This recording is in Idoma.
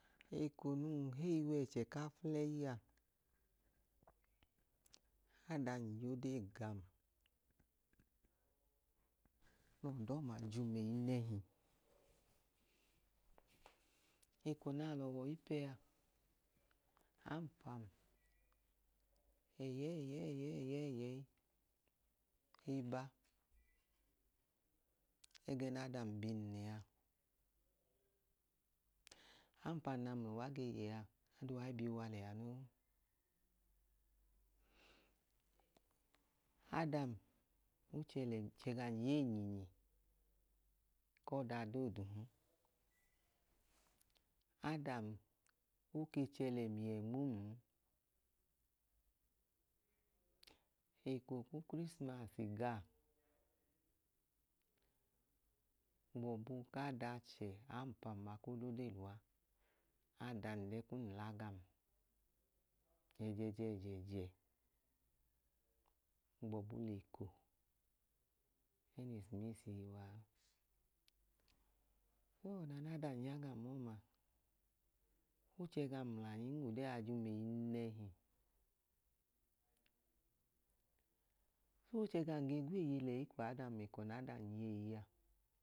Eko num heyi wẹchẹ ku aflẹyi a, adam ya ode gam. Ọda ọma jum eyi nẹhi. Eko nẹ alọ wẹ ọyipẹ a, aọmpam ẹyẹyi ẹyẹẹyi, ẹyẹẹyi, e ba. Ẹgẹẹ nẹ adam bi um lẹ a. Aọmpm nẹ ami mla uwa ge yẹ a, adam, o chẹ gamy a eyinyinyi ku ọda doodun. Adam, o ke chẹ lẹ ẹmiyẹ nmo um n. Eko ku ukrisimasi ga, gbọbu ku ada achẹ aọmpam a, koo la ode lẹ uwa, adam lẹ ẹkum la gam. Ẹjẹjẹ ẹjẹjẹ gbọbu lẹ eko ẹẹ nẹ isimisi i wa a. Ọda ọma nẹ adam ya gam ọma, o chẹ gam mlanyin, ode a jum eyi nẹhi. O chẹ gam ge gweeye lẹyi kwu adam, eko nẹ adam yeyi a.